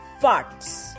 farts